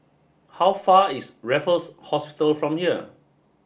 how far is Raffles Hospital from here